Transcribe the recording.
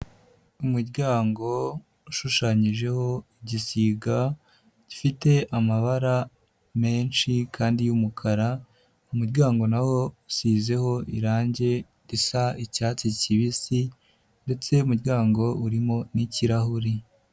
Umuryango ushushanyijeho igisiga gifite amabara menshi kandi y'umukara, umuryango nawo ushyizeho irangi risa icyatsi kibisi ndetse umuryango urimo n'ikirahuri.